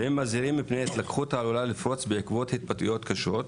הם מזהירים מפני התלקחות העלולה לפרוץ בעקבות התבטאויות קשות,